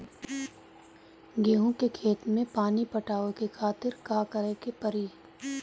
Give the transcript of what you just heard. गेहूँ के खेत मे पानी पटावे के खातीर का करे के परी?